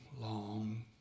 long